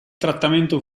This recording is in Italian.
trattamento